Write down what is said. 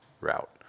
route